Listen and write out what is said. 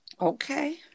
Okay